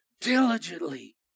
diligently